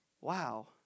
Wow